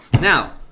Now